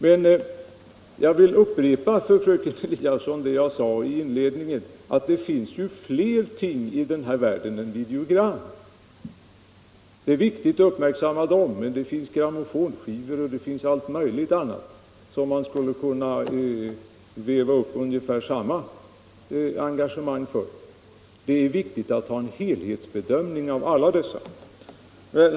Men jag vill upprepa för fröken Eliasson det jag sade i min inledning —- att det finns flera ting här i världen än videogram. Det är givetvis viktigt att uppmärksamma videogrammen, men det finns ju också grammofonskivor och allt möjligt annat, som man skulle kunna veva upp ungefär samma engagemang för. Det är därför viktigt att göra en helhetsbedömning av alla dessa saker.